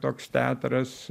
toks teatras